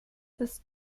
ist